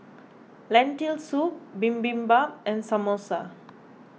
Lentil Soup Bibimbap and Samosa